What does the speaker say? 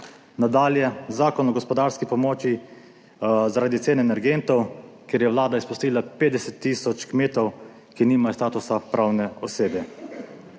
Nadalje. Zakon o gospodarski pomoči zaradi cene energentov, ker je vlada izpustila 50 tisoč kmetov, ki nimajo statusa pravne osebe,